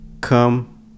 come